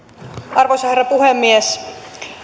arvoisa herra puhemies